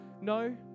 no